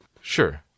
Sure